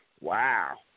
Wow